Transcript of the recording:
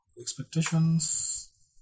expectations